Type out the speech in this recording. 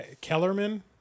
Kellerman